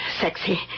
sexy